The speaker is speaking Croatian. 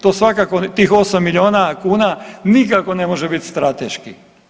To svakako, tih 8 milijuna kuna nikako ne može biti strateški.